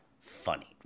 Funny